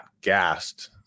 gassed